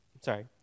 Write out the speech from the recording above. sorry